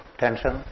tension